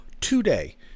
Today